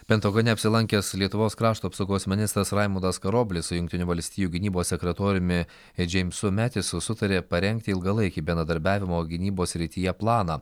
pentagone apsilankęs lietuvos krašto apsaugos ministras raimundas karoblis su jungtinių valstijų gynybos sekretoriumi džeimsu metisu sutarė parengti ilgalaikį bendradarbiavimo gynybos srityje planą